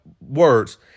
words